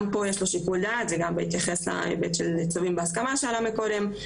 גם פה יש לו שיקול דעת וגם בהתייחס להיבט של צווים בהסכמה שעלה מקודם,